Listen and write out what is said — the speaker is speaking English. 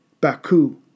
Baku